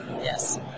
yes